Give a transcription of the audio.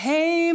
Hey